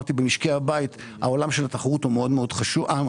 שאמרתי במשקי הבית העולם של המשכנתא הוא מאוד חשוב,